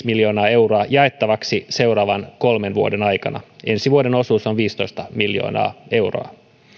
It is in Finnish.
miljoonaa euroa jaettavaksi seuraavan kolmen vuoden aikana ensi vuoden osuus on viisitoista miljoonaa euroa